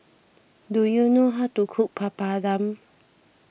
do you know how to cook Papadum